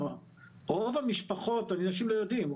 שאותו אדם שמתמודד עם איזו שהיא מצוקה רגשית יכול להישאר בבית,